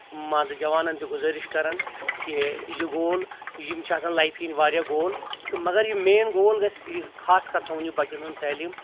مان ژِ جوانن تہِ گُزٲرِش کران کہِ یہِ گول یِم چھِ آسان لایفہِ ہنٛدۍ واریاہ گول تہٕ مگر یہِ مین گول گژھہِ خاص کر تھاوُن یہِ بچن ہُنٛد تعلیٖم